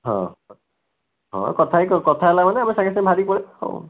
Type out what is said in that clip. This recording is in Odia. ହଁ ହଁ କଥା ହେଇକି କଥା ହେଲା ମାନେ ଆମେ ସାଙ୍ଗେ ସାଙ୍ଗେ ବାହାରିକି ପଳାଇବା ଆଉ